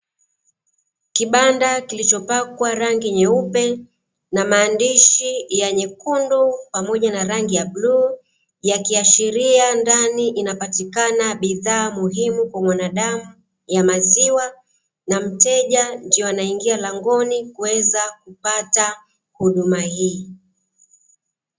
Kibanda kilichopakwa rangi nyeupe, na maandishi ya nyekundu, pamoja na rangi ya bluu, yakiashiria ndani inapatikana bidhaa muhimu kwa mwanadamu ya maziwa, na mteja ndio anaingia langoni, kuweza kupata huduma hii.